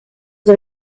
the